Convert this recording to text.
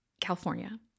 California